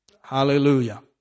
Hallelujah